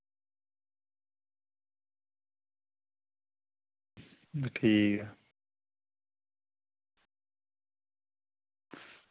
ठीक